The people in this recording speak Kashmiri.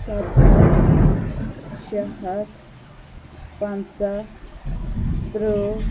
سَتھ ہَتھ شےٚ ہَتھ پَنٛژاہ ترٕٛہ